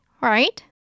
right